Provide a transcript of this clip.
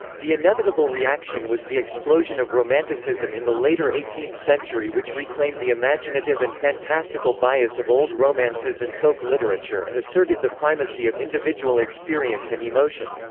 the inevitable reaction was the explosion of romanticism in the later eighteenth century which reclaimed the imaginative and fantastical bias of old romances and folk-literature and asserted the primacy of individual experience and emotion.